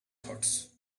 thoughts